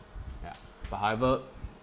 ya but however